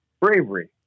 bravery